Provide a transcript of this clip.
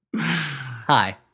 Hi